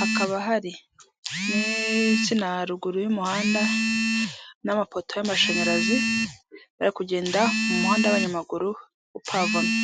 hakaba hari insina haruguru y'umuhanda n'amapoto y'amashanyarazi bari kugenda mu muhanda w'abanyamaguru upavomye.